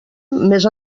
més